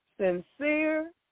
sincere